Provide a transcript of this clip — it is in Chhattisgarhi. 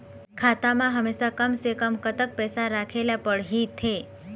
खाता मा हमेशा कम से कम कतक पैसा राखेला पड़ही थे?